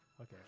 Okay